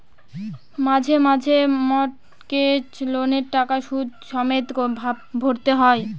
মাসে মাসে মর্টগেজ লোনের টাকা সুদ সমেত ভরতে হয়